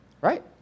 right